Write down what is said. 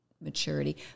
maturity